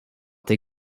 they